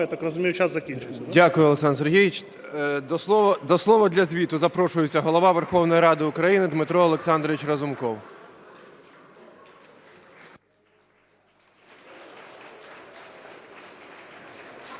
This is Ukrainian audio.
Я так розумію, час закінчився. ГОЛОВУЮЧИЙ. Дякую, Олександр Сергійович. До слова для звіту запрошується Голова Верховної Ради України Дмитро Олександрович Разумков.